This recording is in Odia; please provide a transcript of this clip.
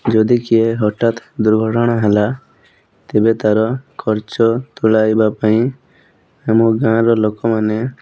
ଯଦି କିଏ ହଠାତ୍ ଦୁର୍ଘଟଣା ହେଲା ତେବେ ତାର ଖର୍ଚ୍ଚ ତୁଲାଇବା ପାଇଁ ଆମ ଗାଁର ଲୋକମାନେ